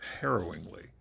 harrowingly